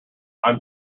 i’m